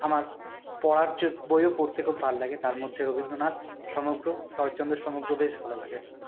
আমার পড়ার যে বইও পড়তে খুব ভাল লাগে তার মধ্যে রবীন্দ্রনাথ সমগ্র শরৎচন্দ্র সমগ্র বেশ ভালো লাগে পড়তে